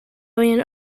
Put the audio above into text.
alien